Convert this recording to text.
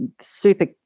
super